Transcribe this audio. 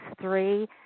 three